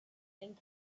and